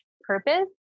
purpose